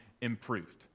improved